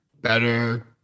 better